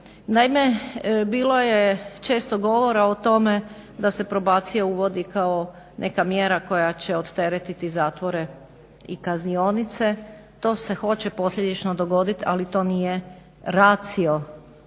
Naime, bilo je često govora o tome da se probacija uvodi kao neka mjera koja će odteretiti zatvore i kaznionice. To se hoće posljedično dogoditi ali to nije ratio